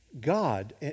God